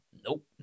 nope